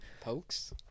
Pokes